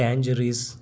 tangerines